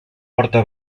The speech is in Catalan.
porta